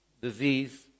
disease